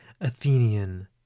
Athenian